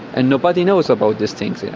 and nobody knows about these things. yeah